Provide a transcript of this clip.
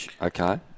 Okay